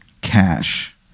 cash